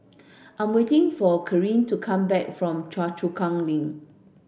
I'm waiting for Karyl to come back from Choa Chu Kang Link